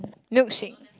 milkshake